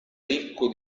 ricco